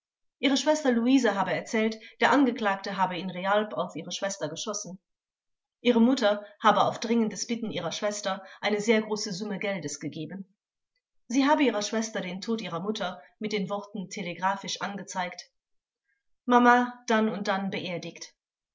ihre schwester luise habe erzählt der angeklagte habe in realp auf ihre schwester geschossen ihre mutter habe auf dringendes bitten ihrer schwester eine sehr große summe geldes gegeben sie habe ihrer schwester den tod ihrer mutter mit den worten telegraphisch angezeigt mama dann und dann beerdigt